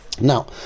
Now